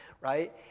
right